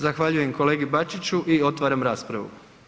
Zahvaljujem kolegi Bačiću i otvaram raspravu.